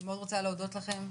אני רוצה להודות לכם מאוד.